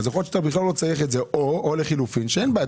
אז יכול להיות שאתה בכלל לא צריך את זה או לחילופין אין בעיה,